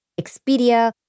Expedia